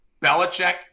Belichick